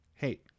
Hey